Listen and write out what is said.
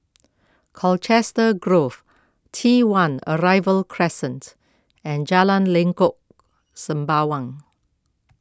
Colchester Grove T one Arrival Crescent and Jalan Lengkok Sembawang